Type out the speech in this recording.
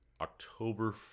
October